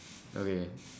okay